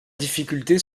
difficulté